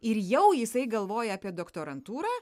ir jau jisai galvoja apie doktorantūrą